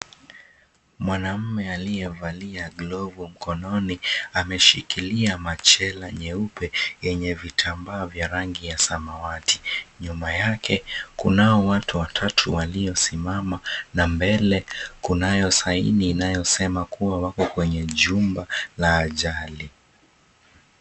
Mwanaume aliyevalia glovu mikononi, ameshikilia machela nyeupe yenye vitambaa vya rangi ya sanawati. Nyumba yake kuna watu watatu Waliosimama na mbele kunayo saini inayosema kuwa wako kwenye jumba la ajali.